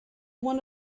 one